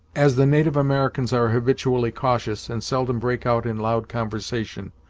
as the native americans are habitually cautious, and seldom break out in loud conversation,